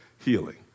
healing